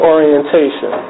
Orientation